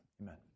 Amen